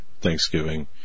Thanksgiving